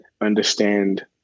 understand